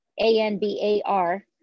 A-N-B-A-R